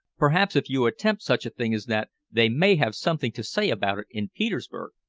perhaps if you attempt such a thing as that they may have something to say about it in petersburg.